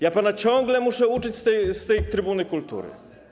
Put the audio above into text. Ja pana ciągle muszę uczyć z tej trybuny kultury.